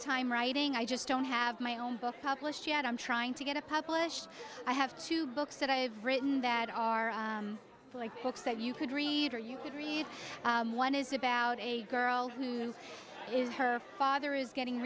time writing i just don't have my own book published yet i'm trying to get it published i have two books that i've written that are like books that you could read or you could read one is about a girl who's is her father is getting